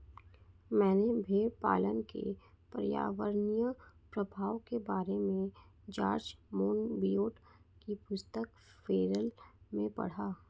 मैंने भेड़पालन के पर्यावरणीय प्रभाव के बारे में जॉर्ज मोनबियोट की पुस्तक फेरल में पढ़ा